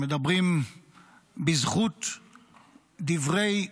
מדברים בזכות דברי,